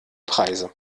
preise